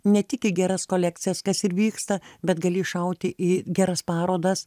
ne tik į geras kolekcijas kas ir vyksta bet gali iššauti į geras parodas